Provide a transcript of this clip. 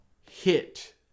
hit